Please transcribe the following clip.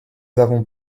avons